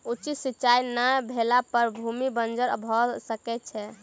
उचित सिचाई नै भेला पर भूमि बंजर भअ सकै छै